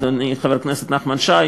אדוני חבר הכנסת נחמן שי,